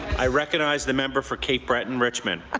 i recognize the member for cape breton-richmond. ah